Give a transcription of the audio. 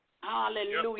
Hallelujah